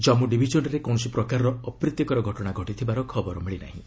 ଜନ୍ମ ଡିଭିଜନ୍ରେ କୌଣସି ପ୍ରକାରର ଅପ୍ରୀତିକର ଘଟଣା ଘଟିଥିବାର ଖବର ମିଳି ନାହିଁ